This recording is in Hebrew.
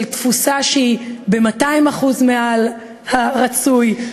של תפוסה שהיא ב-200% מעל הרצוי,